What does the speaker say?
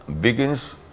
begins